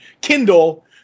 Kindle